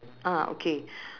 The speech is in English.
ah okay